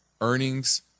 earnings